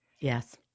yes